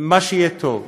שיהיה טוב.